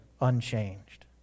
unchanged